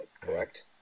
correct